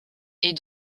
est